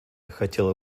хотела